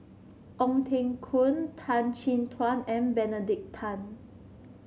Ong Teng Koon Tan Chin Tuan and Benedict Tan